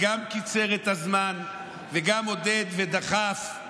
שגם קיצר את הזמן וגם עודד ודחף את